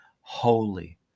holy